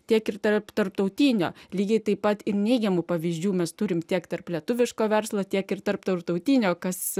tiek ir tarp tarptautinio lygiai taip pat ir neigiamų pavyzdžių mes turim tiek tarp lietuviško verslo tiek ir tarp tarptautinio kas